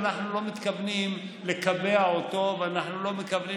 אנחנו לא מתכוונים לקבע אותו ואנחנו לא מתכוונים